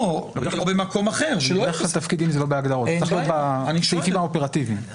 זה צריך להיות בסעיפים האופרטיביים.